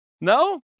no